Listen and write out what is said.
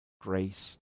grace